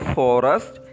forest